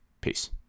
Peace